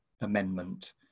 amendment